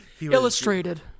Illustrated